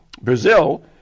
Brazil